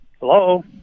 Hello